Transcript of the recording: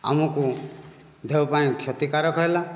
ଆମକୁ ଦେହ ପାଇଁ କ୍ଷତିକାରକ ହେଲା